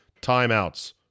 timeouts